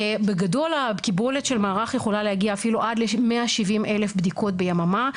בגדול הקיבולת של המערך יכולה להגיע אפילו עד 170 אלף בדיקות ביממה.